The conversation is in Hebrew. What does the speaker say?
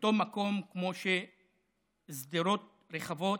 לאותו מקום כמו שדרות רחבות,